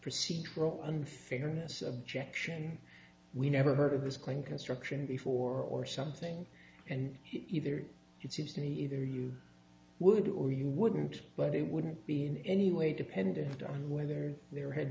procedural unfairness objection we never heard of this claim construction before or something and either it seems to me either you would or you wouldn't but it wouldn't be in any way dependent on whether there had